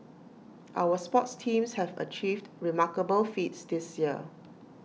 our sports teams have achieved remarkable feats this year